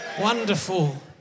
Wonderful